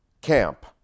camp